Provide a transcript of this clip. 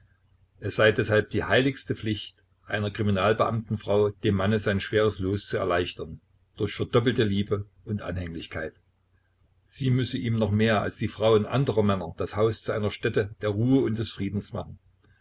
es sei deshalb die heiligste pflicht einer kriminalbeamtenfrau dem manne sein schweres los zu erleichtern durch verdoppelte liebe und anhänglichkeit sie müsse ihm noch mehr als die frauen anderer männer das haus zu einer stätte der ruhe und des friedens machen